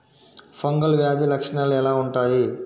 Fungal వ్యాధి లక్షనాలు ఎలా వుంటాయి?